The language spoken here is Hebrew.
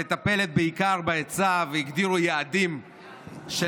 שמטפלת בעיקר בהיצע, והגדירו יעדים של